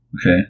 Okay